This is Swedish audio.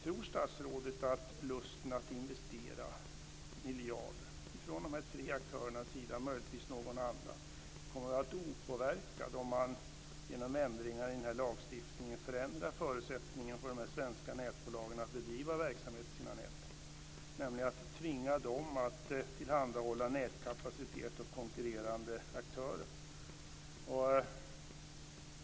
Tror statsrådet att lusten hos de tre aktörerna - eller möjligtvis hos någon annan aktör - att investera miljarder kommer att vara opåverkad om man, genom ändringar i lagstiftningen förändrar förutsättningarna för de svenska nätbolagen att bedriva verksamhet i sina nät, tvingar dem att tillhandahålla nätkapacitet för konkurrerande aktörer?